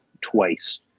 twice